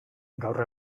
gaur